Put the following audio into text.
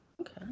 Okay